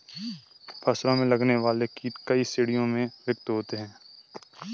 फसलों में लगने वाले कीट कई श्रेणियों में विभक्त होते हैं